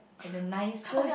and the nicest